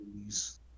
please